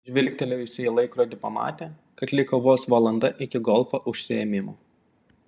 žvilgtelėjusi į laikrodį pamatė kad liko vos valanda iki golfo užsiėmimo